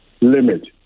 limit